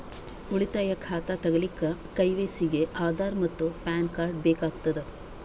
ಉಳಿತಾಯ ಖಾತಾ ತಗಿಲಿಕ್ಕ ಕೆ.ವೈ.ಸಿ ಗೆ ಆಧಾರ್ ಮತ್ತು ಪ್ಯಾನ್ ಕಾರ್ಡ್ ಬೇಕಾಗತದ